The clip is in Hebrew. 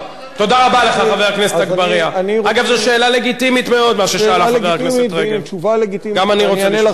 אז אני אענה לך, במקום להחזיר אותם